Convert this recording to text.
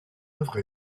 œuvre